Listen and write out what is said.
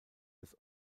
des